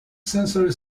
sensor